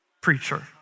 preacher